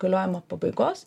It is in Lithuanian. galiojimo pabaigos